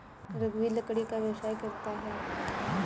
रघुवीर लकड़ी का व्यवसाय करता है